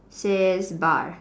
says bar